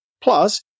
Plus